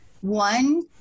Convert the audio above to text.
one